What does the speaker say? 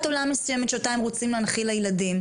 עולם מסוימת שאותה הם רוצים להנחיל לילדים,